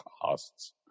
costs